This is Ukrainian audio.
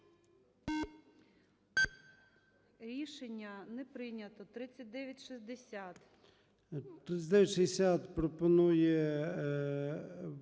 Рішення не прийнято. 3976